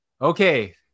Okay